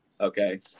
Okay